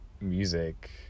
music